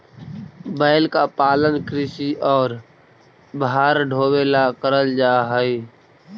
बैल का पालन कृषि और भार ढोवे ला करल जा ही